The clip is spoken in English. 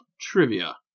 trivia